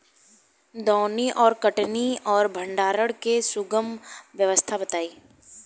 दौनी और कटनी और भंडारण के सुगम व्यवस्था बताई?